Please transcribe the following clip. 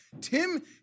Tim